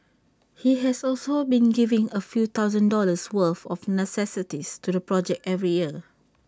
he has also been giving A few thousand dollars worth of necessities to the project every year